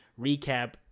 recap